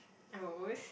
I will always